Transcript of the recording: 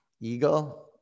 eagle